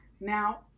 Now